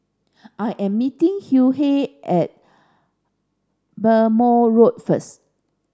I am meeting Hughey at Bhamo Road first